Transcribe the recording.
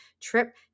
trip